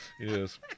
Yes